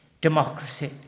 democracy